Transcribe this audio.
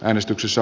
äänestyksessä